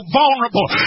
vulnerable